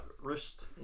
wrist